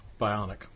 bionic